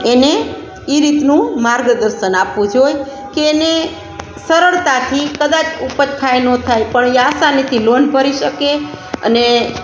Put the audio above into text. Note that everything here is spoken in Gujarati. એને એ રીતનું માર્ગદર્શન આપવું જોઈએ કે એને સરળતાથી કદાચ ઉપજ થાય ન થાય પણ એ આસાનીથી લોન ભરી શકે અને